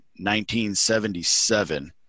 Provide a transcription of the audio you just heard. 1977